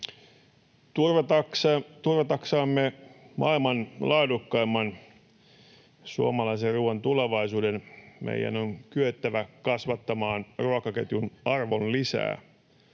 Turvataksemme maailman laadukkaimman, suomalaisen, ruoan tulevaisuuden, meidän on kyettävä kasvattamaan ruokaketjun arvonlisää,